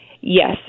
Yes